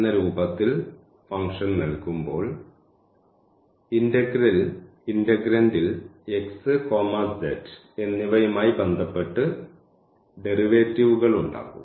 എന്ന രൂപത്തിൽ ഫംഗ്ഷൻ നൽകുമ്പോൾ ഇന്റഗ്രന്റിൽ x z എന്നിവയുമായി ബന്ധപ്പെട്ട് ഡെറിവേറ്റീവുകൾ ഉണ്ടാകും